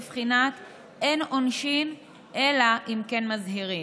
בבחינת "אין עונשין אלא אם כן מזהירין".